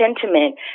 sentiment